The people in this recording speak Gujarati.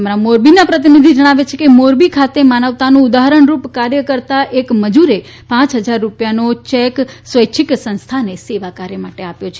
અમારા મોરબીના પ્રતિભિધિ જણાવે છે કે મોરબી ખાતે માનવતાનું ઉદાહરણરૂપ કાર્ય કરતા એક મજુરે પાંચ હજાર રૂપિયાનો ચેક સ્વૈચ્છિક સંસ્થાને સેવાકાર્ય માટે આપ્યો છે